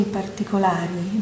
particolari